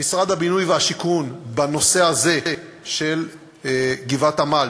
שמשרד הבינוי והשיכון בנושא הזה של גבעת-עמל,